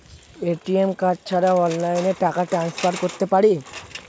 ATM card ছাড়া অনলাইনে টাকা টান্সফার করতে পারি?